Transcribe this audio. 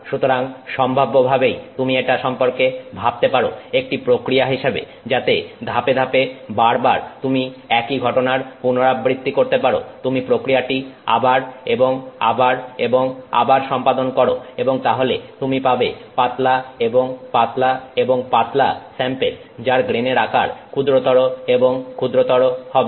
সুতরাং সম্ভাব্যভাবেই তুমি এটা সম্পর্কে ভাবতে পারো একটি প্রক্রিয়া হিসেবে যাতে ধাপে ধাপে বারবার তুমি একই ঘটনার পুনরাবৃত্তি করতে পারো তুমি প্রক্রিয়াটি আবার এবং আবার এবং আবার সম্পাদন করো এবং তাহলে তুমি পাবে পাতলা এবং পাতলা এবং পাতলা স্যাম্পেল যার গ্রেনের আকার ক্ষুদ্রতর এবং ক্ষুদ্রতর হবে